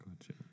Gotcha